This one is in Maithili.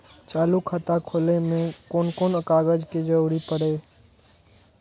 चालु खाता खोलय में कोन कोन कागज के जरूरी परैय?